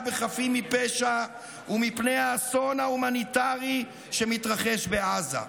בחפים מפשע ומפני האסון ההומניטרי שמתרחש בעזה.